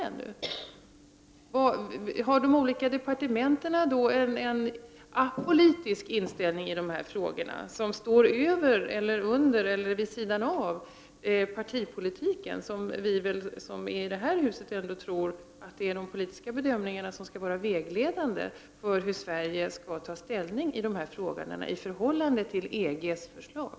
Har då de olika departementen i dessa frågor en apolitisk inställning, som står under, över eller vid sidan av partipolitiken? Vi i det här huset tror väl ändå att det är de politiska bedömningarna som skall vara vägledande för hur Sverige skall ta ställning i dessa frågor i förhållandet till EG:s förslag.